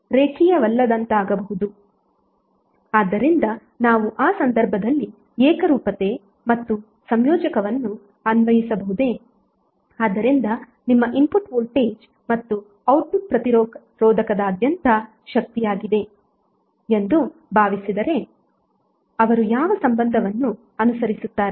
ಆದ್ದರಿಂದ ನಾವು ಆ ಸಂದರ್ಭದಲ್ಲಿ ಏಕರೂಪತೆ ಮತ್ತು ಸಂಯೋಜಕವನ್ನು ಅನ್ವಯಿಸಬಹುದೇ ಆದ್ದರಿಂದ ನಿಮ್ಮ ಇನ್ಪುಟ್ ವೋಲ್ಟೇಜ್ ಮತ್ತು ಔಟ್ಪುಟ್ ಪ್ರತಿರೋಧಕದಾದ್ಯಂತ ಶಕ್ತಿಯಾಗಿದೆ ಎಂದು ಭಾವಿಸಿದರೆ ಅವರು ಯಾವ ಸಂಬಂಧವನ್ನು ಅನುಸರಿಸುತ್ತಾರೆ